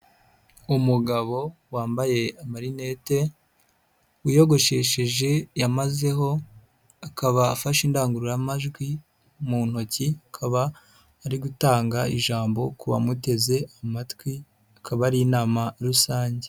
Umugabo wambaye amarinete wiyogoshesheje yamazeho, akaba afashe indangururamajwi mu ntoki, akaba ari gutanga ijambo ku bamuteze amatwi, akaba ari inama rusange.